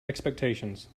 expectations